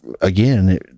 again